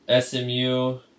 SMU